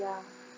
ya